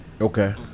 Okay